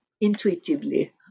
intuitively